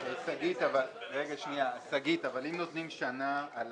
אבל שגית, אם נותנים שנה על